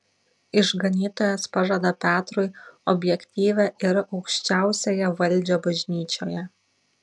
išganytojas pažada petrui objektyvią ir aukščiausiąją valdžią bažnyčioje